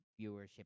viewership